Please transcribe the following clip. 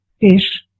fish